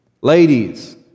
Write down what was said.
Ladies